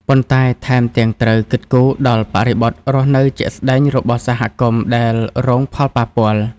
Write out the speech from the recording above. ប៉ុន្តែថែមទាំងត្រូវគិតគូរដល់បរិបទរស់នៅជាក់ស្តែងរបស់សហគមន៍ដែលរងផលប៉ះពាល់។